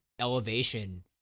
elevation